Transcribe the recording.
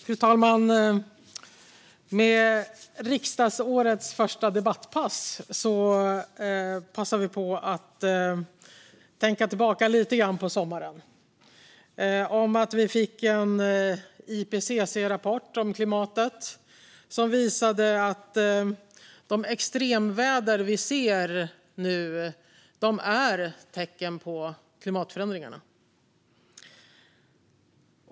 Fru talman! I riksdagsårets första debatt passar vi på att tänka tillbaka lite grann på sommaren. Under sommaren fick vi en IPCC-rapport om klimatet som visade att de extremväder vi ser är tecken på klimatförändringarna.